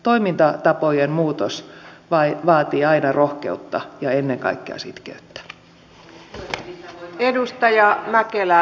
toimintatapojen muutos vaatii aina rohkeutta ja ennen kaikkea sitkeyttä